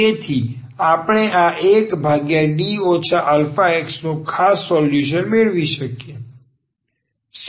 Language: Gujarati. તેથી આપણે આ 1D aX નો આ ખાસ સોલ્યુશન મેળવી શકીએ છીએ